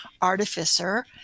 artificer